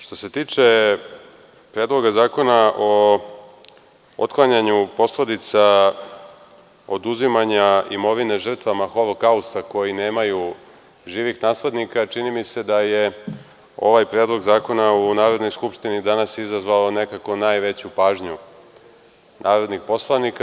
Što se tiče Predloga zakona o otklanjanju posledica oduzimanja imovine žrtvama holokausta koji nemaju živih naslednika, čini mi se da je ovaj Predlog zakona u Narodnoj skupštini danas izazvao nekako najveću pažnju narodnih poslanika.